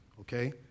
Okay